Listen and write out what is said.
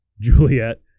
Juliet